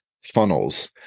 funnels